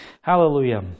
Hallelujah